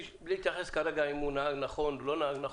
אני לא מתייחס כרגע לשאלה אם הוא נהג נכון או לא.